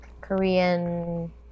Korean